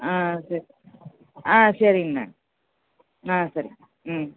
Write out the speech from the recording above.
ஆ சரி ஆ சரிங்கண்ணே ஆ சேரிங்க ம்